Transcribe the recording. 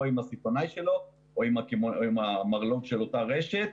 עם הסיטונאי שלו או עם המרלום של אותה רשת.